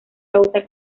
causa